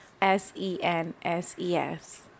s-e-n-s-e-s